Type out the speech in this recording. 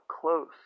close